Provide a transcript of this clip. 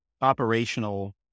operational